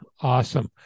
Awesome